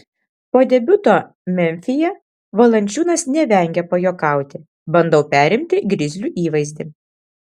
po debiuto memfyje valančiūnas nevengė pajuokauti bandau perimti grizlių įvaizdį